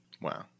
Wow